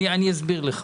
אני אסביר לך.